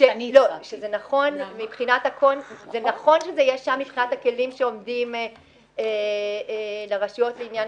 לדעתי נכון שזה יהיה שם מבחינת הכלים שעומדים לרשויות לעניין